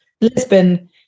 Lisbon